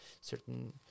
certain